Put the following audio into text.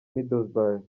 middlesbrough